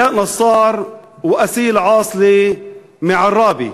עלאא נסאר ואסיל עאסלה מעראבה.